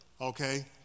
Okay